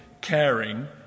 caring